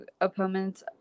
opponents